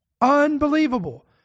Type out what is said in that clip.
Unbelievable